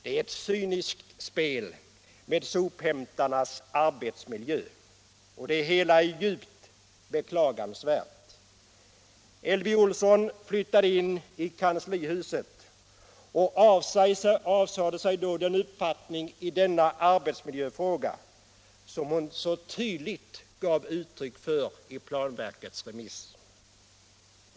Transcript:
Det är ett cyniskt spel med sophämtarnas arbetsmiljö. Det hela är djupt beklagansvärt. Elvy Olsson flyttade in i kanslihuset och avsade sig då den uppfattning i denna arbetsmiljöfråga som hon så tidigt gav uttryck för i planverkets remissyttrande.